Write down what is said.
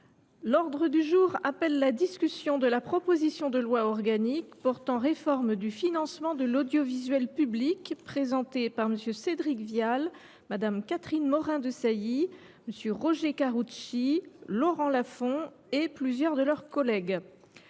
L’ordre du jour appelle la discussion de la proposition de loi organique portant réforme du financement de l’audiovisuel public, présentée par M. Cédric Vial, Mme Catherine Morin Desailly, M. Roger Karoutchi, M. Laurent Lafon et plusieurs de leurs collègues